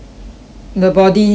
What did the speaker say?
the body ya